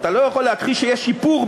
אתה לא יכול להכחיש שיש שיפור,